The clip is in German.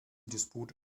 disput